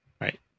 Right